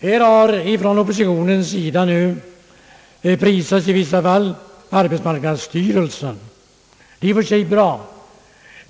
Här har från oppositionens sida nu prisats i vissa fall arbetsmarknadsstyrelsen. Det är i och för sig bra.